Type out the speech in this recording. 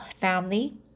family